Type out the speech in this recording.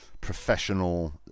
professional